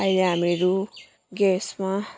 अहिले हामीहरू ग्यासमा